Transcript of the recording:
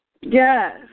Yes